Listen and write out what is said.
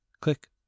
Click